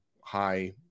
high